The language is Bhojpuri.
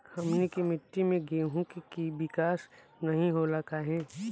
हमनी के मिट्टी में गेहूँ के विकास नहीं होला काहे?